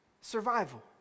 survival